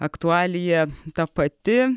aktualija ta pati